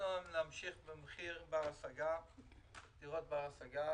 נמשיך במחיר לדירות בר השגה,